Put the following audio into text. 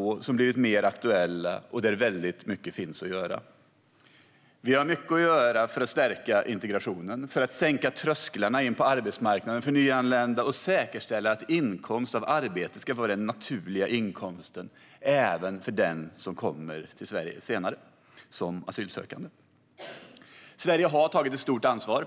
De har blivit mer aktuella, och det finns väldigt mycket att göra där. Vi har mycket att göra för att stärka integrationen, för att sänka trösklarna in till arbetsmarknaden för nyanlända och för att säkerställa att inkomst av arbete ska vara den naturliga inkomsten även för den som kommer till Sverige senare som asylsökande. Sverige har tagit ett stort ansvar,